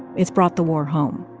it's brought the war home